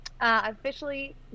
officially